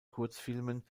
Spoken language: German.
kurzfilmen